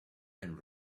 and